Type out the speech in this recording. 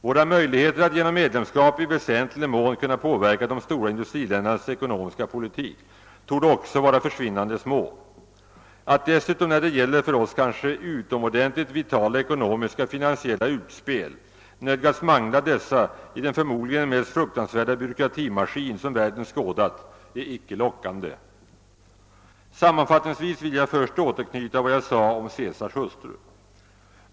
Våra möjligheter att genom medlemskap i väsentlig mån kunna påverka de stora industriländernas ekonomiska politik torde också vara försvinnande små. Att dessutom, när det gäller för oss kanske utomordentligt vitala ekonomiska och finansiella utspel, nödgas mangla dessa i den förmodligen mest fruktansvärda byråkratimaskin som världen skådat, är icke lockande. : Sammanfattningsvis vill jag först återknyta till vad jag sade om Ceesars hustru.